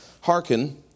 Hearken